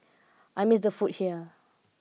I miss the food here